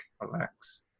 relax